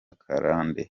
karande